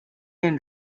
and